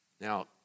Now